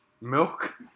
Milk